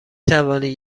توانید